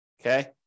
Okay